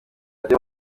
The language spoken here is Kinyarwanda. radio